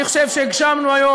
אני חושב שהגשמנו היום,